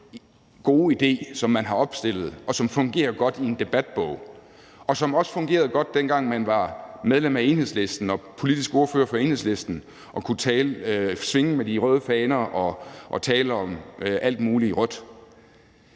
gode idé, som man har opstillet, og som fungerer godt i en debatbog, og som også fungerede godt, dengang man var medlem af Enhedslisten og politisk ordfører for Enhedslisten og kunne svinge med de røde faner og tale om alt muligt rødt.